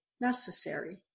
necessary